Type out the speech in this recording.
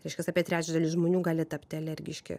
reiškias apie trečdalis žmonių gali tapti alergiški